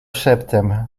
szeptem